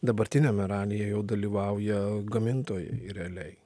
dabartiniame ralyje jau dalyvauja gamintojai realiai